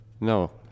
No